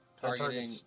Targeting